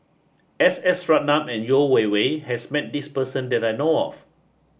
S S Ratnam and Yeo Wei Wei has met this person that I know of